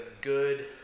good